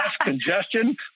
congestion